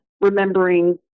remembering